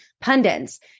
pundits